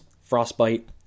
frostbite